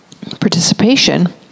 participation